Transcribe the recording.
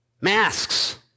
Masks